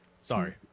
Sorry